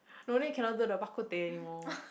no need cannot do the Bak Kut Teh anymore